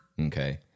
okay